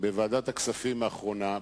בוועדת הכספים האחרונה,